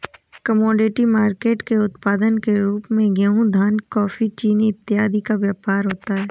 commodity market के उत्पाद के रूप में गेहूं धान कॉफी चीनी इत्यादि का व्यापार होता है